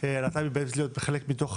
הקהילה הלהט"בית ובאמת להיות חלק מתוך